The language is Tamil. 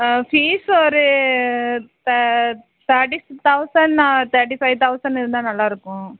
ஃபீஸ் ஒரு த thirty thousand or thirty five thousand இருந்தால் நல்லாயிருக்கும்